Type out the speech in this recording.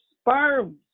sperms